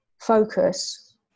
focus